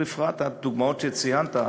בפרט הדוגמאות שציינת,